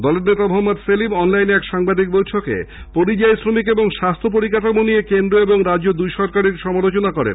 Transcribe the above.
দলের নেতা মহম্মদ সেলিম অনলাইনে এক সাংবাদিক বৈঠকে পরিযায়ী শ্রমিক ও স্বাস্হ্য পরিকাঠামো নিয়ে কেন্দ্র ও রাজ্য দুই সরকারেরই সমালোচনা করেন